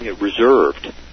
reserved